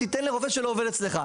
תיתן לרופא שלא עובד אצלך.